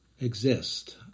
exist